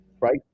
right